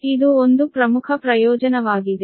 ಇದು ಒಂದು ಪ್ರಮುಖ ಪ್ರಯೋಜನವಾಗಿದೆ